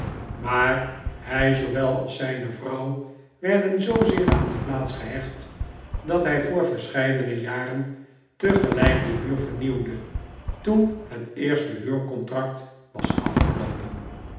raaar hij zoowel als zijne vrouw werden zoozeer aan die plaats gehecht dat hij voor verscheidene jaren tegelijk de huur vernieuwde toen het eerste huurcontract was afgeloopen